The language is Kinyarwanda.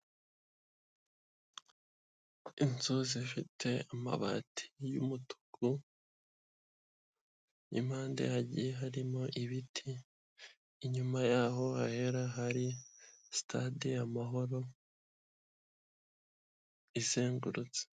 Inzu zifite amabati y'umutuku, impande hagiye harimo ibiti, inyuma yaho hari sitade amahoro izengurutse.